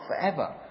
forever